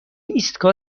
ایستگاه